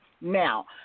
Now